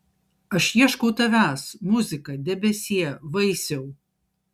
aš ieškau tavęs muzika debesie vaisiau